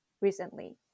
recently